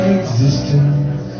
existence